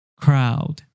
crowd